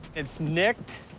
it's nicked.